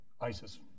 ISIS